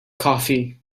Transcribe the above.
coffee